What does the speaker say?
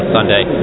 Sunday